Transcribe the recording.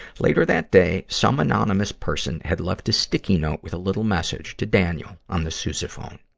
later that day, some anonymous person had left a sticky note with a little message to daniel on the sousaphone.